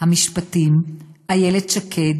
המשפטים איילת שקד,